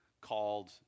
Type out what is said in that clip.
called